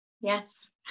Yes